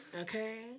okay